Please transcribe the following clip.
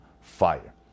fire